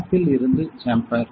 பம்ப்பில் இருந்து சேம்பர்